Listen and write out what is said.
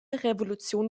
revolution